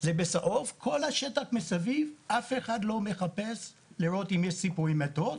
אף אחד לא חיפש בשטח מסביב לראות אם יש ציפורים מתות.